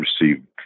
received